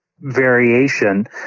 variation